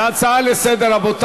שהופכת להצעה לסדר-היום,